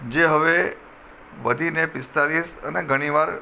જે હવે વધીને પિસ્તાળીસ અને ઘણીવાર